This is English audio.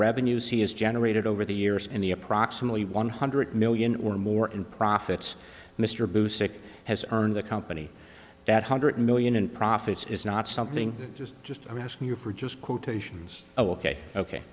revenues he has generated over the years and the approximately one hundred million or more in profits mr bruce it has earned the company that hundred million in profits is not something that is just i'm asking you for just quotations oh ok ok